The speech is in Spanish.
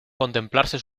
contemplarse